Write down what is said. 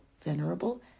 venerable